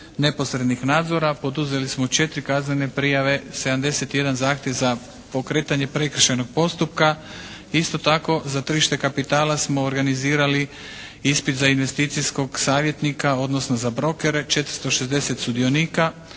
neposrednih nadzora. Poduzeli smo 4 kaznene prijave, 71 zahtjev za pokretanje prekršajnog postupka. Isto tako za tržište kapitala smo organizirali ispit za investicijskog savjetnika odnosno za brokere, 460 sudionika.